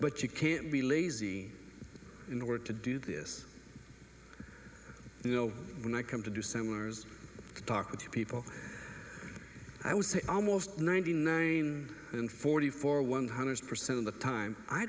but you can't be lazy in the work to do this you know when i come to do seminars to talk to people i would say almost ninety nine and forty four one hundred percent of the time i